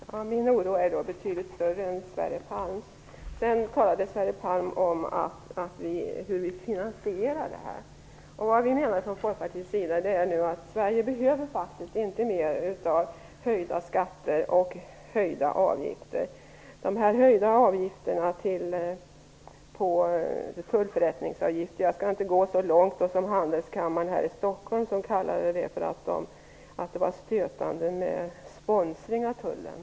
Herr talman! Min oro är då betydligt större än Sverre Palm talade också om hur vi finansierar det här. Vi i Folkpartiet menar att Sverige faktiskt inte behöver mer av höjda skatter och höjda avgifter. Jag skall inte gå så långt som handelskammaren här i Stockholm, som sade om de höjda tullförrättningsavgifterna att det var stötande med sponsring av tullen.